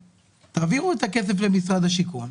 תעבירו את הכסף למשרד הבינוי והשיכון,